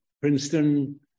Princeton